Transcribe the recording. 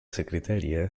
secretaría